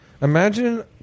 Imagine